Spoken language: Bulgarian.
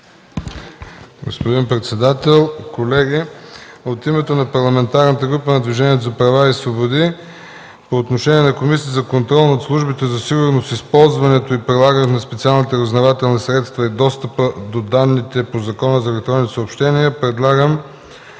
Господин председател, колеги, от името на Парламентарната група на Движението за права и свободи по отношение на Комисията за контрол над службите за сигурност, използването и прилагането на специалните разузнавателни средства и достъпа до данните по Закона за електронните съобщения предлагам